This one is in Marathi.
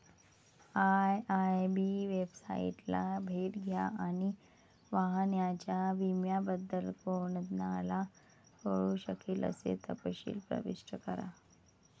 आय.आय.बी वेबसाइटला भेट द्या आणि वाहनाच्या विम्याबद्दल कोणाला कळू शकेल असे तपशील प्रविष्ट करा